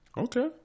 Okay